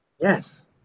Yes